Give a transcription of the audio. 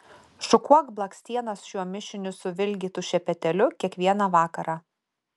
šukuok blakstienas šiuo mišiniu suvilgytu šepetėliu kiekvieną vakarą